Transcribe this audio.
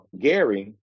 Gary